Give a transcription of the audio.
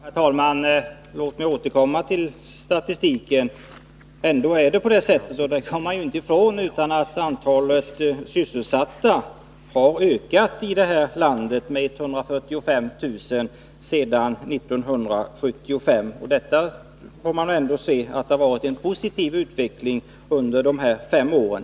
Herr talman! Låt mig återkomma till statistiken. Antalet sysselsatta i det här landet har ändå — det kommer vi inte ifrån — ökat med 145 000 sedan 1976. Det har alltså varit en positiv utveckling under de här fem åren.